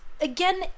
again